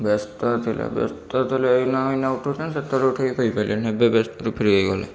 ବ୍ୟସ୍ତ ଥିଲେ ବ୍ୟସ୍ତ ଥିଲେ ଏଇନା ଏଇନା ଉଠାଉଛନ୍ତି ସେତେବେଳେ ଉଠାଇକି କହି ପାରିଲେନି ଏବେ ବ୍ୟସ୍ତରୁ ଫ୍ରି ହେଇଗଲେ